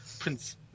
Prince